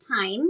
time